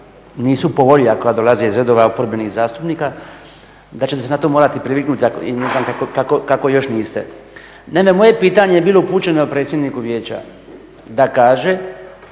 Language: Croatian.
nisu po volji, a koja dolaze iz redova oporbenih zastupnika da ćete se na to morati priviknuti i ne znam kako još niste. Naime, moje pitanje je bilo upućeno predsjedniku vijeća da kaže